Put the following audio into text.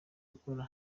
gukora